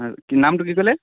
নামটো কি ক'লে